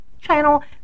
channel